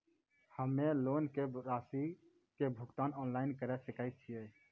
हम्मे लोन के रासि के भुगतान ऑनलाइन करे सकय छियै?